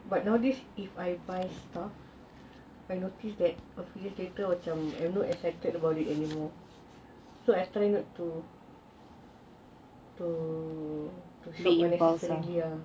but nowadays if I buy stuff I notice that a few days later I not excited about it anymore so I try not to to shop unnecessarily ah